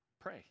Pray